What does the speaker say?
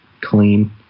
clean